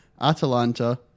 Atalanta